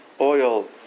oil